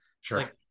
Sure